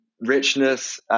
richness